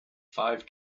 five